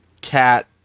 cat